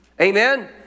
Amen